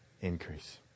increase